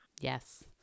Yes